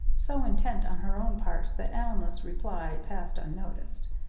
so intent on her own part that alma's reply passed unnoticed.